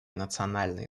национальные